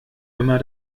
immer